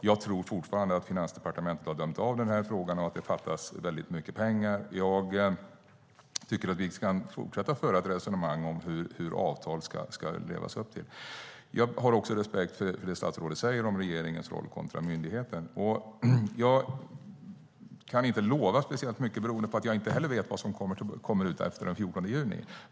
Jag tror fortfarande att Finansdepartementet har dömt av den här frågan och att det fattas väldigt mycket pengar, och jag tycker att vi kan fortsätta föra ett resonemang om hur avtal ska levas upp till. Jag har också respekt för det statsrådet säger om regeringens roll kontra myndigheten. Jag kan inte lova speciellt mycket beroende på att inte heller jag vet vad som kommer ut efter den 14 juni.